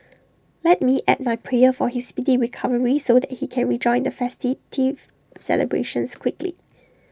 let me add my prayer for his speedy recovery so that he can rejoin the celebrations quickly